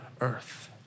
earth